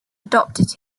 adopted